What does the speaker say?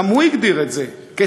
גם הוא הגדיר את זה כצונאמי,